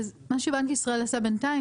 מה שבנק ישראל עשה בינתיים,